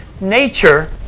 nature